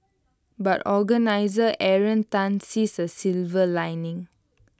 but organiser Aaron Tan sees A silver lining